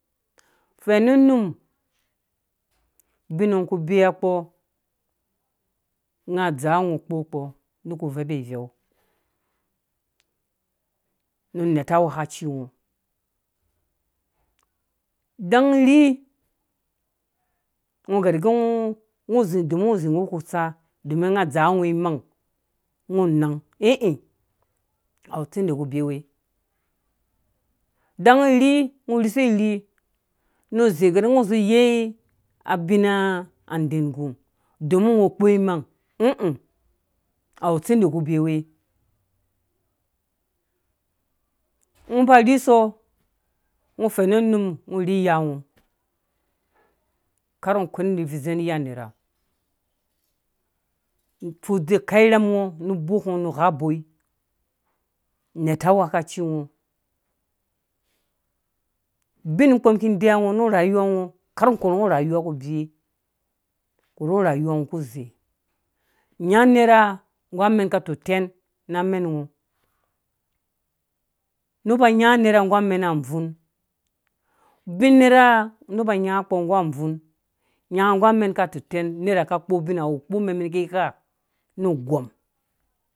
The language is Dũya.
Fɛmu num ngɔ ku beya kpɔ dzaa. ngɔ kpɔ kpɔ neba uveubɔ iveu nu neta anguhɛ kaci ngɔ idang rringɔ gor- gɛ ngɔzĩ domin ngɔ zi nu ka tsa domin nga dzaa ngɔ imang ngɔ nang, ĩ ĩ awa tsindi ku bewe idang rri ngɔ risɔrri nu zĩ gɛ ngɔ zĩ uyei abin adengu domin ngɔ kpo imang, õ õ awu tsindi ku bewe ngɔ ba risɔ ngɔ fɛmu num ngɔ rri iya ngɔ zingɔ ni iyo nera fudzekau irham ngɔ nu ngɔ gha boi neta anguhɛ̃ ka ci ubin nukpɔ mum ki deyiwango nu rayuwa ngɔ karh ngɔ koru ngo rayuwa ku bewe koru rayuwa ngɔ ku zei nya nerha ngga amɛn ka tutɛn na amɛn ngɔ neb nya nepha nggu amɛna abvun ubin nepha neba nyakpɔ nggu abvun nya nga nggu amɛn ka tutɛn nepha ka kpo ubinha awu kpu mɛm, mɛm ki gha nu gɔm kom.